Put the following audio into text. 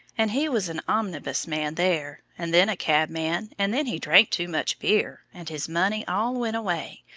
and he was an omnibus man there, and then a cabman, and then he drank too much beer, and his money all went away,